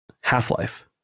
Half-Life